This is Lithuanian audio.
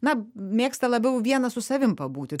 na mėgsta labiau vienas su savim pabūti